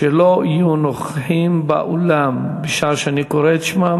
שלא יהיו נוכחים באולם בשעה שאני קורא את שמם,